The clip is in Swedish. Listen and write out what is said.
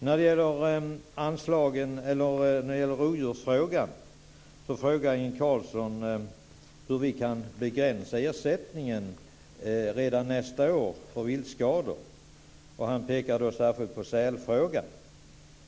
Vad gäller rovdjuren frågade Inge Carlsson hur vi redan nästa år kan begränsa ersättningen för viltskador. Han pekade särskilt på sälfrågan.